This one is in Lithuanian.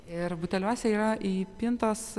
ir buteliuose yra įpintos